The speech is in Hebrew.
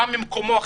קם ממקומו,